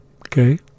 Okay